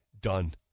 done